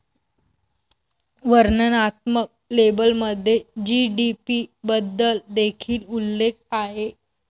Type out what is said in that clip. वर्णनात्मक लेबलमध्ये जी.डी.पी बद्दल देखील उल्लेख आहे